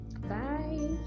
bye